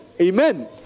Amen